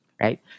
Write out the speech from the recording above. right